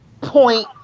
point